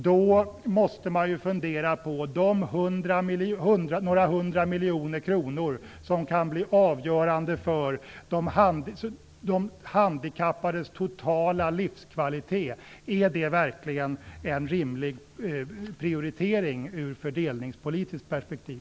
Man måste då också fundera på de några hundra miljoner kronor som kan bli avgörande för de handikappades totala livskvalitet. Är detta verkligen en rimlig prioritering i fördelningspolitiskt perspektiv?